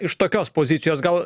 iš tokios pozicijos gal